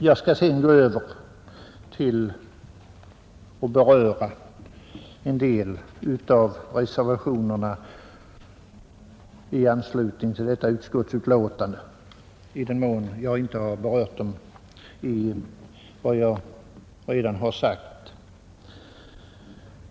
Jag skall härefter gå över till att beröra en del av reservationerna i anslutning till civilutskottets betänkande nr 12 i den mån jag inte redan har berört dem.